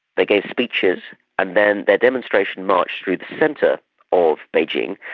they gave speeches and then the demonstration marched through the centre of beijing,